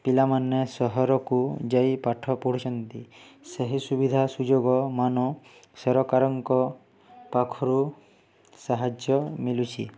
ପିଲାମାନେ ସହରକୁ ଯାଇ ପାଠ ପଢ଼ୁଛନ୍ତି ସେହି ସୁବିଧା ସୁଯୋଗ ମାନ ସରକାରଙ୍କ ପାଖରୁ ସାହାଯ୍ୟ ମିଳୁଛି